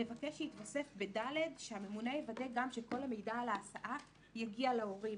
נבקש שיתווסף ב-(ד) שהממונה יוודא גם שכל המידע על ההסעה יגיע להורים,